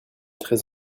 très